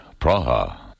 Praha